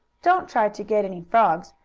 don't try to get any frogs,